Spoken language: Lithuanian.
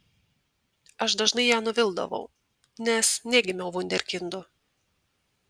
aš dažnai ją nuvildavau nes negimiau vunderkindu